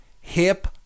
Hip